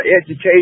education